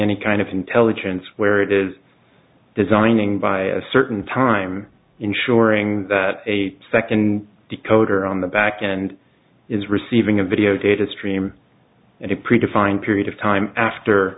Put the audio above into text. any kind of intelligence where it is designing by a certain time ensuring that a second decoder on the back end is receiving a video data stream and a predefined period of time after